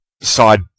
Side